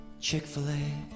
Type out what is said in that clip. Chick-fil-A